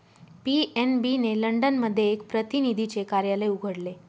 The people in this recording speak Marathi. पी.एन.बी ने लंडन मध्ये एक प्रतिनिधीचे कार्यालय उघडले